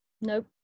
nope